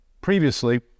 previously